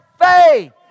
faith